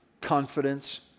confidence